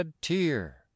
tear